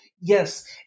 Yes